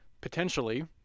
potentially